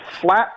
flat